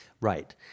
Right